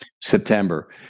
September